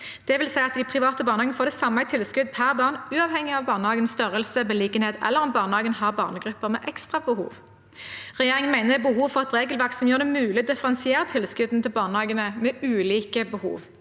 Det vil si at de private barnehagene får det samme i tilskudd per barn uavhengig av barnehagens størrelse og beliggenhet, eller om barnehagen har barnegrupper med ekstra behov. Regjeringen mener det er behov for et regelverk som gjør det mulig å differensiere tilskuddene til barnehager med ulike behov.